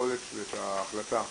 היכולת ואת ההחלטה.